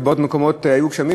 ובעוד מקומות היו גשמים,